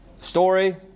story